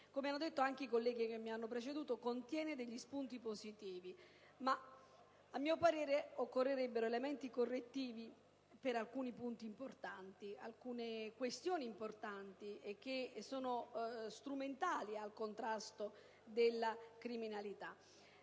come anticipato dai colleghi che mi hanno preceduto, contiene degli spunti positivi. Ma, a mio parere, occorrerebbero elementi correttivi su alcune questioni importanti che sono strumentali al contrasto della criminalità: